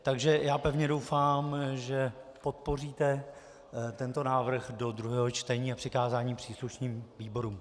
Takže já pevně doufám, že podpoříte tento návrh do druhého čtení a přikázání příslušným výborům.